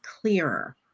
clearer